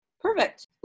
perfect